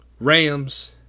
Rams